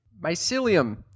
Mycelium